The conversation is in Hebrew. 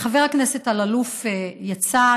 חבר הכנסת אלאלוף יצא.